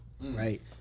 right